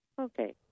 Okay